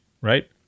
Right